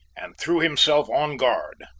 and threw himself on guard.